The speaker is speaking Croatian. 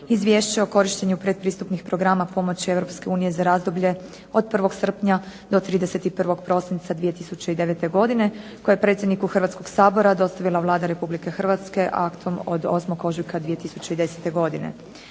Izvješće o korištenju pretpristupnih programa pomoći Europske unije za razdoblje od 1. srpnja do 31. prosinca 2009. godine koje je predsjedniku Hrvatskoga sabora dostavila Vlada Republike Hrvatske aktom od 8. ožujka 2010. godine.